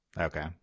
okay